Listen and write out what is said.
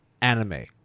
anime